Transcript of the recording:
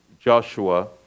Joshua